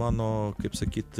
mano kaip sakyti